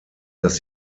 dass